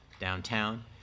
downtown